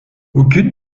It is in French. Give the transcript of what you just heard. aucune